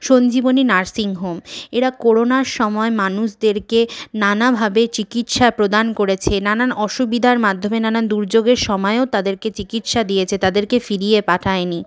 Sanjeevani nursing home এরা করোনার সময়ে মানুষদেরকে নানাভাবে চিকিৎসা প্রদান করেছে নানান অসুবিধার মাধ্যমে নানান দুর্যোগের সময়েও তাদেরকে চিকিৎসা দিয়েছে তাদেরকে ফিরিয়ে পাঠায়নি